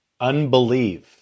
Unbelieve